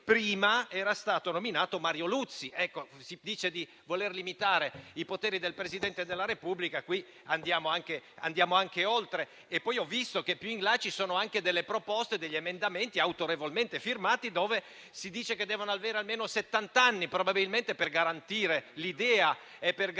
prima era stato nominato Mario Luzi. Ecco, si dice di voler limitare i poteri del Presidente della Repubblica, ma qui andiamo anche oltre. Poi ho visto che più in là ci sono anche delle proposte, degli emendamenti autorevolmente firmati, in cui si afferma che devono avere almeno settant'anni, probabilmente per garantire l'idea di un ricambio,